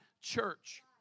church